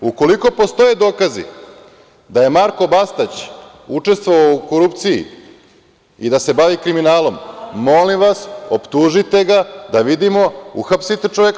Ukoliko postoje dokazi da je Marko Bastać učestvovao u korupciji i da se bavi kriminalom, molim vas, optužite ga da vidimo, uhapsite čoveka.